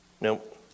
Nope